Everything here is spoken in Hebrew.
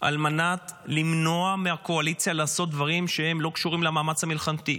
על מנת למנוע מהקואליציה לעשות דברים שלא קשורים למאמץ המלחמתי.